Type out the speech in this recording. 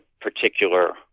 particular